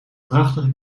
prachtige